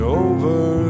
over